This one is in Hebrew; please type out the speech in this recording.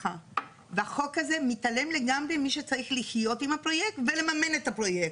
והחוק הזה מתעלם לגמרי ממי שצריך לחיות עם הפרויקט ולממן את הפרויקט,